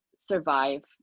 survive